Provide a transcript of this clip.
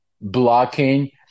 blocking